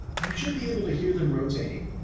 you should be able to hear them rotating.